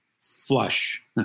flush